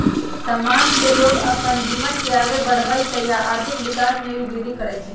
समान से लोग अप्पन जीवन के आगे बढ़वई छई आ आर्थिक विकास में भी विर्धि करई छई